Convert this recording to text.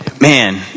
man